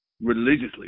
religiously